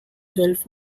self